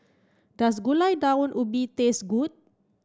does Gulai Daun Ubi taste good